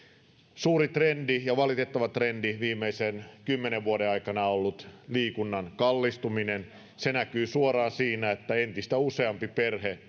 suuri ja valitettava trendi viimeisen kymmenen vuoden aikana on ollut liikunnan kallistuminen se näkyy suoraan siinä että entistä useampi perhe